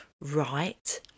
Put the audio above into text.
right